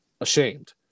ashamed